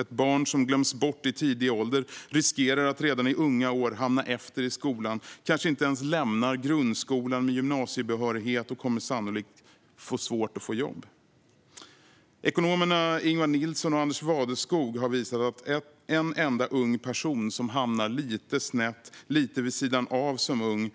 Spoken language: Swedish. Ett barn som glöms bort i tidig ålder riskerar att redan i unga år hamna efter i skolan, kanske inte ens lämnar grundskolan med gymnasiebehörighet och kommer sannolikt att få svårt att få jobb. Ekonomerna Ingvar Nilsson och Anders Wadeskog har visat att en enda ung person som hamnar lite snett och vid sidan av som ung,